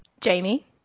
Jamie